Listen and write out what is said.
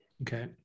Okay